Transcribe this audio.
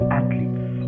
athletes